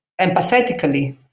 empathetically